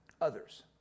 Others